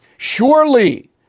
Surely